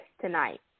tonight